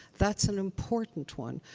that's an important one,